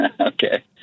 Okay